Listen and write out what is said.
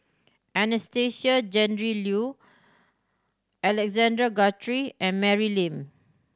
Anastasia Tjendri Liew Alexander Guthrie and Mary Lim